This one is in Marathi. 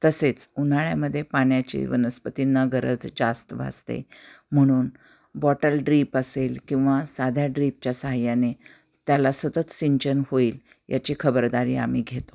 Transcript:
तसेच उन्हाळ्यामध्ये पाण्याची वनस्पती न गरज जास्त भाजते म्हणून बॉटल ड्रीप असेल किंवा साध्या ड्रीपच्या सहाय्याने त्याला सतत सिंचन होईल याची खबरदारी आम्ही घेतो